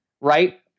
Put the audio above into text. right